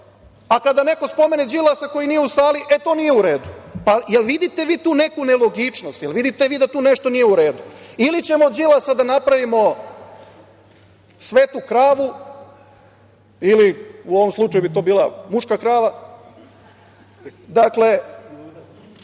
a kada neko spomene Đilasa koji nije u sali, e to nije u redu. Da li vidite vi tu neku nelogičnost? Da li vidite vi da tu nešto nije u redu? Ili ćemo Đilasa da napravimo svetu kravu ili u ovom slučaju bi to bila muška krava, koja